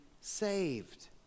saved